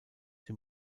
dem